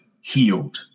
healed